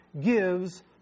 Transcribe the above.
gives